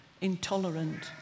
intolerant